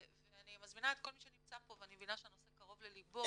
ואני מזמינה את כל מי שנמצא פה ואני מבינה שהנושא קרוב לליבו,